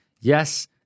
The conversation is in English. yes